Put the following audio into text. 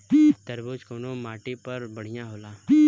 तरबूज कउन माटी पर बढ़ीया होला?